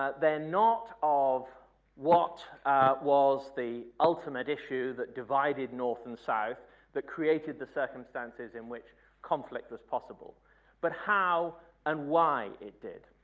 ah they're not of what was the ultimate issue that divided north and south that created the circumstances in which conflict was possible but how and why it did.